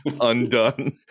undone